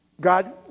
God